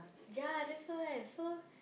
ya that's why so